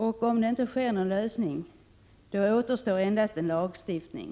Om man inte kommer till någon lösning, återstår endast en lagstiftning.